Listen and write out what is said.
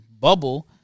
bubble